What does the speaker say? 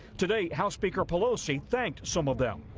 today house speaker pelosi thanked some of them.